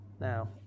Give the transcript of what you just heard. Now